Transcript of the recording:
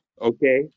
okay